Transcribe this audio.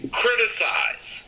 criticize